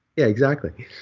exactly.